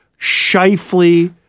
Shifley